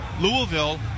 Louisville